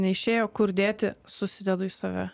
neišėjo kur dėti susidedu į save